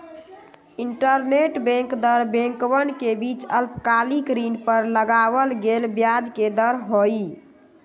interbank दर बैंकवन के बीच अल्पकालिक ऋण पर लगावल गेलय ब्याज के दर हई